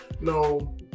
no